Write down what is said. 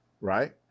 right